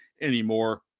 anymore